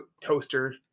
toaster